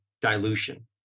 dilution